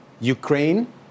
Ukraine